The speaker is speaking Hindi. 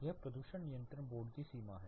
यह प्रदूषण नियंत्रण बोर्ड की सीमा है